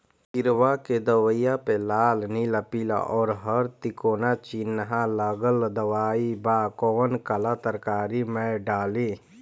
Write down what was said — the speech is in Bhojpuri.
किड़वा के दवाईया प लाल नीला पीला और हर तिकोना चिनहा लगल दवाई बा कौन काला तरकारी मैं डाली?